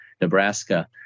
Nebraska